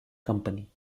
company